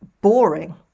boring